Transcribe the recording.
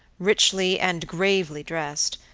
richly and gravely dressed,